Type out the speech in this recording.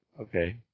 okay